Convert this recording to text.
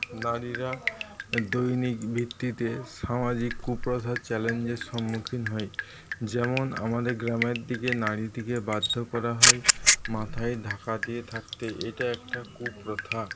না দৈনিক ভিত্তিতে সামাজিক কুপ্রথা চ্যালেঞ্জের সম্মুখীন হই যেমন আমাদের গ্রামের দিকে নারিদিগকে বাধ্য করা হয় মাথায় ঢাকা দিয়ে থাকতে এটা একটা কুপ্রথা